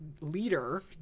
leader